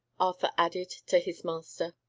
arthur added, to his master.